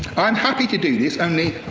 i'm happy to do this. only,